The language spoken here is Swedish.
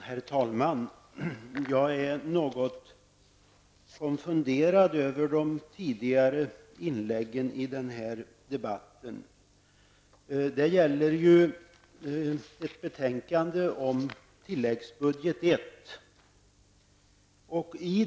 Herr talman! Jag är något konfunderad över de tidigare inläggen i denna debatt. Debatten gäller ju ett betänkande om tilläggsbudget I.